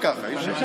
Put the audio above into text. במועצת